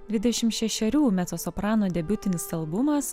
dvidešim šešerių mecosoprano debiutinis albumas